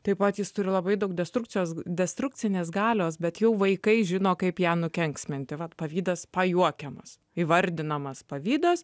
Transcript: taip pat jis turi labai daug destrukcijos destrukcinės galios bet jau vaikai žino kaip ją nukenksminti vat pavydas pajuokiamas įvardinamas pavydas